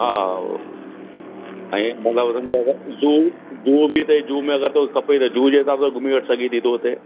हा ऐं मुग्ला वज़न बि आगा ज़ू ज़ू बि हिते ज़ू में अगरि तोखे खपे त ज़ू जे हिसाब सां घुमी वठ सघे थी तू हुते